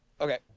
Okay